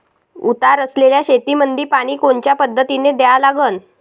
उतार असलेल्या शेतामंदी पानी कोनच्या पद्धतीने द्या लागन?